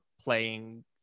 playing